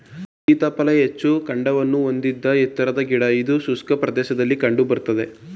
ಸೀತಾಫಲ ಹೆಚ್ಚು ಕಾಂಡವನ್ನು ಹೊಂದಿದ ಎತ್ತರದ ಗಿಡ ಇದು ಶುಷ್ಕ ಪ್ರದೇಶದಲ್ಲಿ ಕಂಡು ಬರ್ತದೆ